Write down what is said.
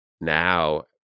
now